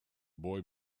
boy